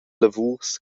lavurs